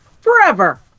forever